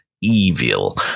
Evil